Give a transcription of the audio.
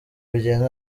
bigenda